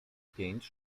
pięć